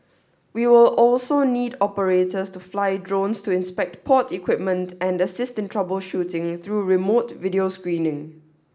we will also need operators to fly drones to inspect port equipment and assist in troubleshooting through remote video screening